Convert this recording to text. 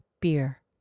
Beer